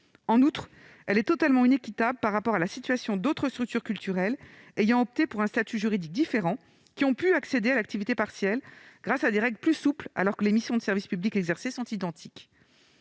Elle est également totalement inéquitable par rapport à celle d'autres structures culturelles ayant opté pour un statut juridique différent, lesquelles ont pu accéder à l'activité partielle grâce à des règles plus souples, alors que les missions de service public exercées sont identiques.